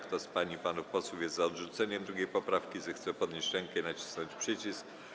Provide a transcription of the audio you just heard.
Kto z pań i panów posłów jest za odrzuceniem 2. poprawki, zechce podnieść rękę i nacisnąć przycisk.